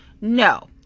No